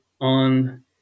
on